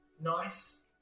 Nice